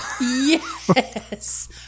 Yes